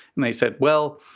and they said, well,